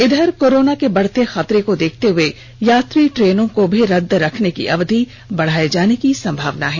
इधर कोरोना के बढ़ते खतरे को देखते हुए यात्री ट्रेनों को भी रद्द रखने की अवधि बढ़ाए जाने की संभावना है